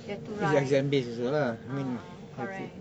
you have to write ah ah correct